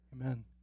Amen